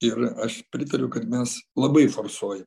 ir aš pritariu kad mes labai forsuoja